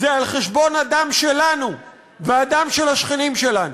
זה על חשבון הדם שלנו והדם של השכנים שלנו.